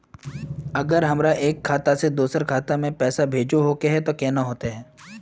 अगर हमरा एक खाता से दोसर खाता में पैसा भेजोहो के है तो केना होते है?